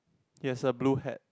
he has a blue hat